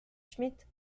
schmitt